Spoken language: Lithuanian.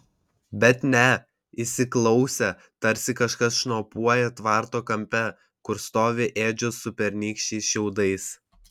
bet ne įsiklausė tarsi kažkas šnopuoja tvarto kampe kur stovi ėdžios su pernykščiais šiaudais